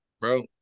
bro